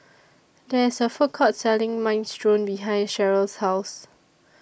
There IS A Food Court Selling Minestrone behind Cheryll's House